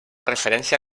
referència